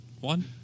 One